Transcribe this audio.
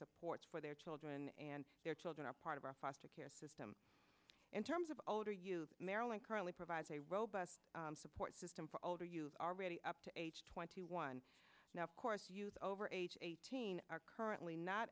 support for their children and their children are part of our foster care system in terms of older use maryland currently provides a robust support system for older you've already up to age twenty one now of course youth over age eighteen are currently not